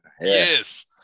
Yes